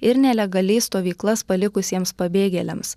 ir nelegaliai stovyklas palikusiems pabėgėliams